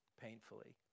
painfully